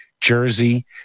Jersey